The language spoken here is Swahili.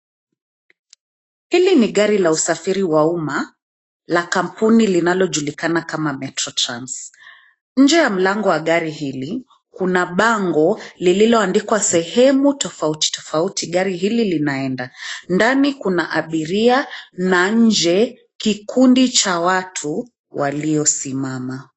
Hili ni gari la usafiri wa uma la kampuni linalojulikana kama (cs)Metrotrans(cs). Nje ya mlango wa gari hili kuna bango lililoandikwa kwenye sehemu tofauti tofatuti gari hili linaenda. Ndani kuna abiria na nje kikundi cha watu waliosimama.